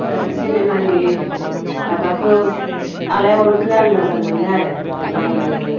ओ सिनेमानि माबाखौ आलायारनखो आं मोजां मोनो आरो नायनो